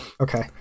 okay